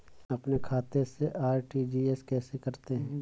अपने खाते से आर.टी.जी.एस कैसे करते हैं?